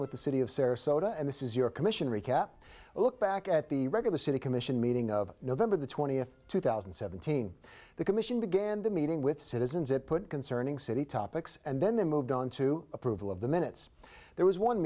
with the city of sarasota and this is your commission recap a look back at the regular city commission meeting of november the twentieth two thousand and seventeen the commission began the meeting with citizens it put concerning city topics and then moved on to approval of the minutes there was one